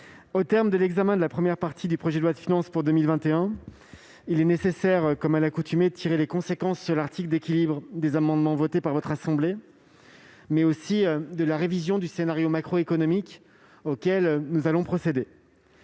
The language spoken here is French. Au terme de l'examen de la première partie du projet de loi de finances pour 2021, il est nécessaire, comme à l'accoutumée, de tirer les conséquences sur l'article d'équilibre des amendements votés par votre assemblée, mais aussi de la révision du scénario macroéconomique auquel nous allons procéder.